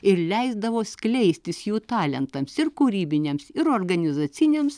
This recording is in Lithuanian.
ir leisdavo skleistis jų talentams ir kūrybiniams ir organizaciniams